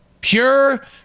Pure